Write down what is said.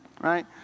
right